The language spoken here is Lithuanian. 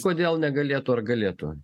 kodėl negalėtų ar galėtų